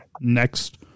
next